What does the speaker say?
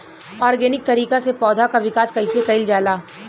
Organic तरीका से पौधा क विकास कइसे कईल जाला?